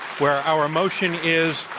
where our motion is,